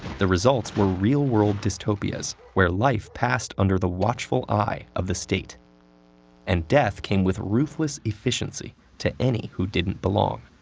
the results were real-world dystopias where life passed under the watchful eye of the state and death came with ruthless efficiency to any who didn't belong.